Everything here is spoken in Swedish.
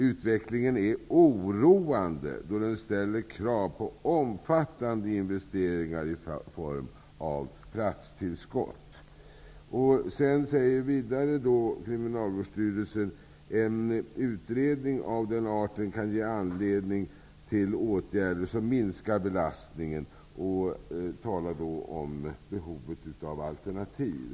Utvecklingen är oroande då det ställs krav på omfattande investeringar i form av platstillskott. Kriminalvårdsstyrelsen säger vidare: En utredning av den arten kan ge anledning till åtgärder som minskar belastningen. Det talas då om behovet av alternativ.